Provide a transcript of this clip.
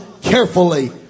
carefully